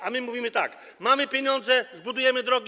A my mówimy tak: mamy pieniądze, zbudujemy drogi.